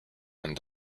and